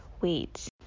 wait